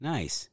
Nice